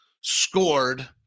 scored